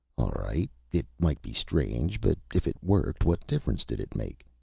all right, it might be strange, but if it worked, what difference did it make?